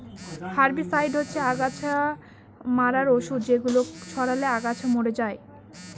herbicide হচ্ছে অগাছা মারার ঔষধ যেগুলো ছড়ালে আগাছা মরে যায়